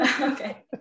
Okay